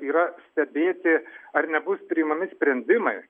yra stebėti ar nebus priimami sprendimai